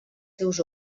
seus